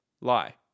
Lie